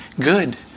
Good